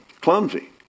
Clumsy